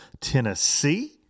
tennessee